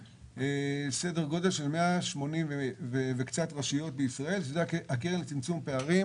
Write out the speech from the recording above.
לכ-180 רשויות בישראל שזו הקרן לצמצום פערים.